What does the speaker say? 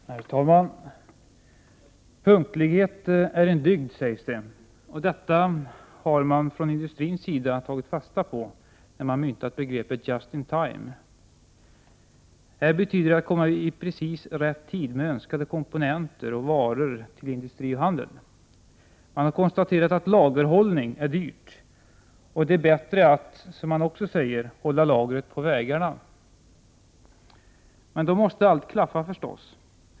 Herr talman! Punktlighet är en dygd sägs det, och detta har man från industrins sida tagit fasta på när man myntat begreppet ”Just-in-Time”. Här betyder det att komma i precis rätt tid med önskade komponenter och varor till industri och handel. Man har konstaterat att lagerhållning är dyr. Det är bättre, som man också säger, att hålla lagret på vägarna. Men då måste förstås allt klaffa.